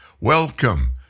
Welcome